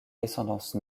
descendance